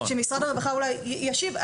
משרד הרווחה אולי ישיב.